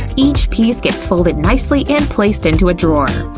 each piece gets folded nicely and placed into a drawer.